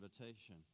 invitation